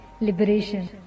liberation